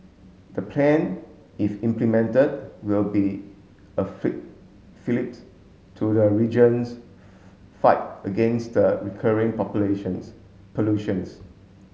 the plan if implemented will be a fillips to the region's fight against the recurring populations pollution